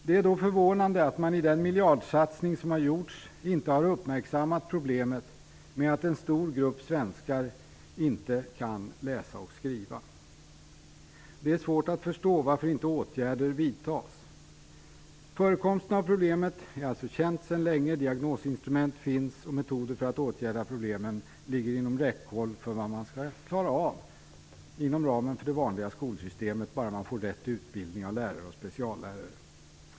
Det är då förvånande att man i den miljardsatsning som har gjorts inte har uppmärksammat problemet med att en stor grupp svenskar inte kan läsa och skriva. Det är svårt att förstå varför åtgärder inte vidtas. Förekomsten av problemet är alltså känd sedan länge. Diagnosinstrument finns, och metoderna för att åtgärda problemen ligger inom ramen för vad det vanliga skolsystemet skall klara av. Det handlar bara om att få rätt utbildning av lärare och speciallärare.